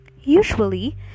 usually